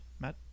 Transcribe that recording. Matt